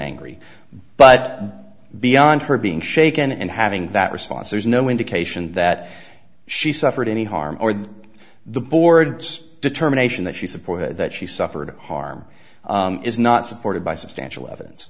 angry but beyond her being shaken and having that response there's no indication that she suffered any harm or the board's determination that she support that she suffered harm is not supported by substantial evidence